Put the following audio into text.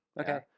Okay